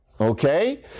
okay